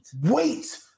Wait